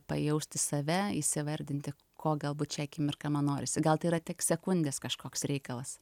pajausti save įsivardinti ko galbūt šią akimirką man norisi gal tai yra tik sekundės kažkoks reikalas